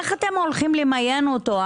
איך אתם הולכים למיין אותו?